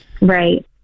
Right